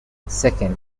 second